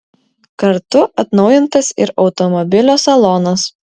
kartu atnaujintas ir automobilio salonas